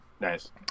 nice